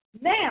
Now